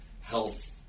health